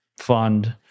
fund